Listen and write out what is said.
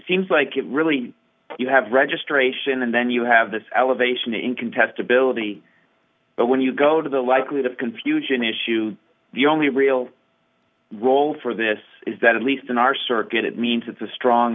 seems like it really you have registration and then you have this elevation in contestability but when you go to the likely the confusion issue the only real role for this is that at least in our circuit it means it's a strong